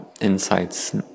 insights